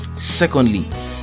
secondly